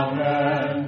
Amen